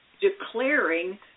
declaring